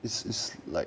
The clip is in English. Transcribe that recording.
is is like